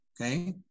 Okay